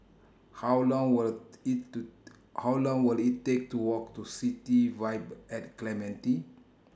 How Long Will IT to How Long Will IT Take to Walk to City Vibe At Clementi